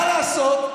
מה לעשות,